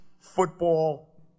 football